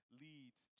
leads